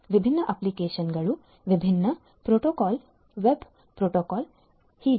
ವಿಭಿನ್ನ ಅಪ್ಲಿಕೇಶನ್ಗಳು ವಿಭಿನ್ನ ಪೋರ್ಟಲ್ಗಳು ವೆಬ್ ಪೋರ್ಟಲ್ಗಳು ಹೀಗೆ